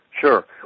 Sure